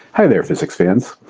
hi there, physics fans.